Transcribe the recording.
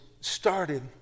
started